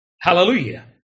Hallelujah